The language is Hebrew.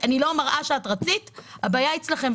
להראות את מה שהוא רצה הבעיה היא אצלכם.